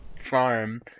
farm